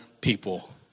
people